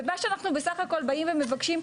ומה שאנחנו בסך הכל באים ומבקשים,